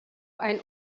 ein